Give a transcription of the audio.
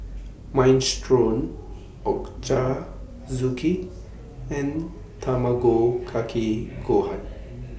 Minestrone Ochazuke and Tamago Kake Gohan